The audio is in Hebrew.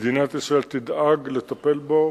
מדינת ישראל תדאג לטפל בו